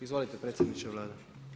Izvolite predsjedniče Vlade.